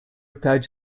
patch